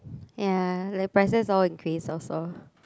ya the prices all increase also